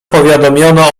powiadomiono